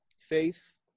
faith